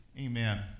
Amen